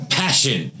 passion